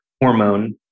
hormone